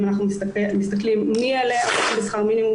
אם אנחנו מסתכלים מי אלה שמשתכרות שכר מינימום,